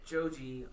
Joji